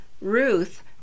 Ruth